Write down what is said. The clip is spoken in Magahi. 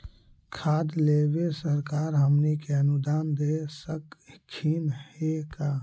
खाद लेबे सरकार हमनी के अनुदान दे सकखिन हे का?